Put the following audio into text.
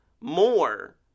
more